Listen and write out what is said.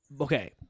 Okay